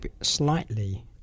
slightly